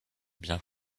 bien